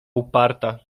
uparta